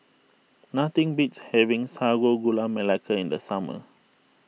nothing beats having Sago Gula Melaka in the summer